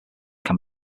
can